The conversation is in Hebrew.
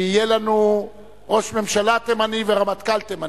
ויהיה לנו ראש ממשלה תימני ורמטכ"ל תימני.